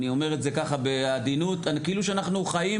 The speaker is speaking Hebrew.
אני אומר את זה ככה בעדינות כאילו שאנחנו חיים